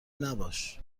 نباش